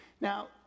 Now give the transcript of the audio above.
now